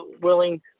willing